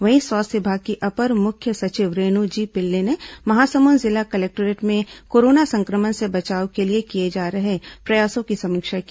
वहीं स्वास्थ्य विभाग की अपर मुख्य सचिव रेणु जी पिल्ले ने महासमुंद जिला कलेक्टोरेट में कोरोना संक्रमण से बचाव के लिए किए जाने रहे प्रयासों की समीक्षा की